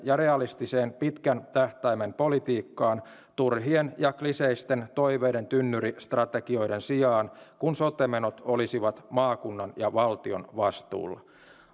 ja realistiseen pitkän tähtäimen politiikkaan turhien ja kliseisten toiveiden tynnyri strategioiden sijaan kun sote menot olisivat maakunnan ja valtion vastuulla